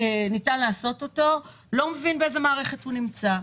לא מבין באיזה מערכת הוא נמצא.